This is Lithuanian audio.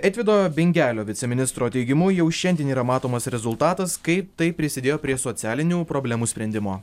eitvydo bingelio viceministro teigimu jau šiandien yra matomas rezultatas kai tai prisidėjo prie socialinių problemų sprendimo